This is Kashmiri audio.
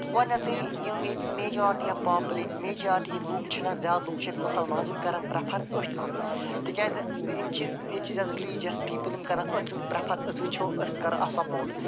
گۄڈنٮ۪تھٕے یِم ییٚتہِ میٚجارٹی آف پاپٕلیے میٚجارٹی لُکھ چھِنا زیادٕ لُکھ چھِ ییٚتہِ مسلمان یِم کَرن پریفر أتھۍ کُن تِکیٛازِ یِم چھِ ییٚتہِ چھِ زیادٕ ریٚلِجس پیٖپُل یِم کَران أتھۍ کُن پرٛیفر أسۍ وُچھو أسۍ کَرو اَتھ سپورٹ